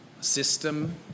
system